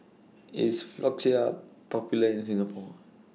IS Floxia Popular in Singapore